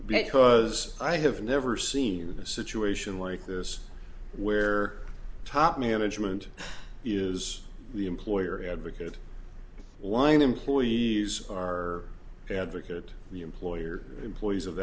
because i have never seen a situation like this where top management is the employer advocated one employees or advocate the employer employees of